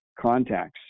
contacts